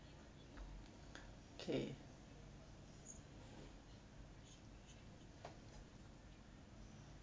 kay